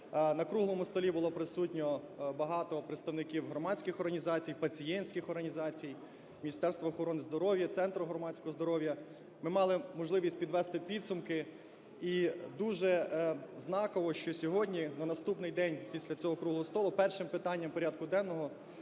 На круглому столі було присутньо багато представників громадських організацій, пацієнтських організацій, Міністерство охорони здоров'я, Центр громадського здоров'я. Ми мали можливість підвести підсумки. І дуже знаково, що сьогодні, на наступний день після круглого столу, першим питанням порядку денного